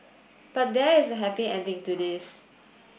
but there is a happy ending to this